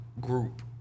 Group